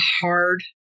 hard